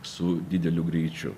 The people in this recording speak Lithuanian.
su dideliu greičiu